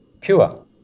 pure